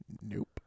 Nope